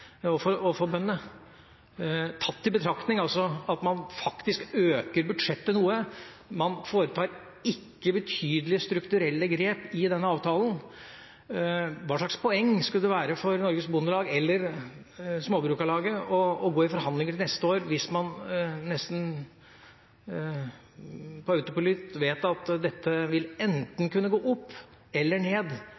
og for bøndene – tatt i betraktning av at man faktisk øker budsjettet noe, man foretar ikke betydelige strukturelle grep i denne avtalen? Hva slags poeng skulle det være for Norges Bondelag eller Småbrukarlaget å gå i forhandlinger neste år hvis man, nesten på autopilot, visste at dette vil enten kunne gå opp eller ned